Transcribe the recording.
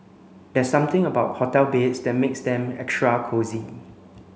there's something about hotel beds that makes them extra cosy